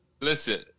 Listen